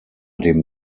dem